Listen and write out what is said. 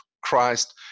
Christ